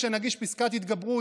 כשנגיש פסקת התגברות,